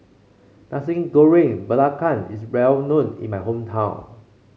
Nasi Goreng Belacan is well known in my hometown